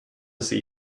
see